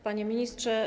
Panie Ministrze!